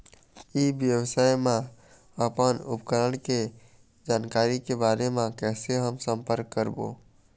ई व्यवसाय मा अपन उपकरण के जानकारी के बारे मा कैसे हम संपर्क करवो?